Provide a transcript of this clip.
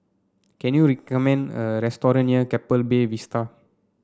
can you recommend a restaurant near Keppel Bay Vista